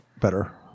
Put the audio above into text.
better